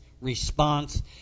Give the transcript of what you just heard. response